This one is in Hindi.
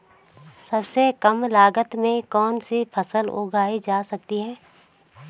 सबसे कम लागत में कौन सी फसल उगाई जा सकती है